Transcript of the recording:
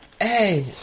Hey